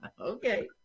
Okay